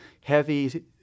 heavy